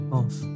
off